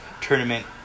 tournament